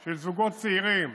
של זוגות צעירים,